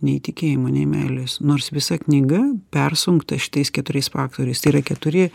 nei tikėjimo nei meilės nors visa knyga persunkta šitais keturiais faktoriais tai yra keturi